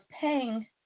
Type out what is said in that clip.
paying